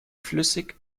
flüssig